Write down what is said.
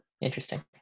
Interesting